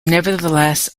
nevertheless